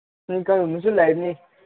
ꯒꯨꯝꯕꯁꯨ ꯂꯩꯕꯅꯤ